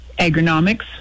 agronomics